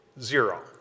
Zero